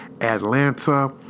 Atlanta